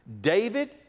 David